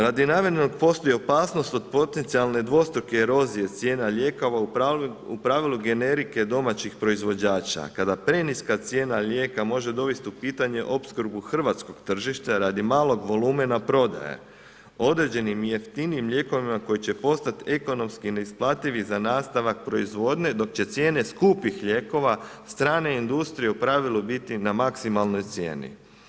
Radi namjere postoji opasnost od potencijalne dvostruke erozije cijena lijekova u pravilu generike domaćih proizvođača, kada preniska cijena lijeka može dovesti u pitanje opskrbu hrvatskog tržišta radi malog volumena prodaje, određenim i jeftinijim lijekovima koji će postati ekonomski neisplativi za nastavak proizvodnje, dok će cijene skupih lijekova strane industrije u pravilu biti na maksimalnoj cijeni.